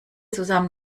zusammen